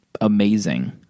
amazing